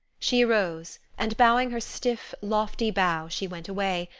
she arose, and bowing her stiff, lofty bow, she went away,